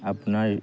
আপোনাৰ